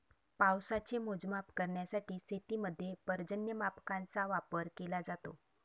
पावसाचे मोजमाप करण्यासाठी शेतीमध्ये पर्जन्यमापकांचा वापर केला जातो